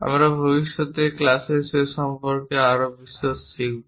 আমরা ভবিষ্যতের ক্লাসে সে সম্পর্কে আরও বিশদ শিখব